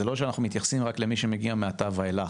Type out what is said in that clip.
זה לא שאנחנו מתייחסים רק למי שמגיע מעתה ואילך,